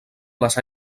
les